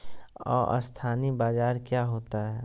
अस्थानी बाजार क्या होता है?